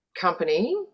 company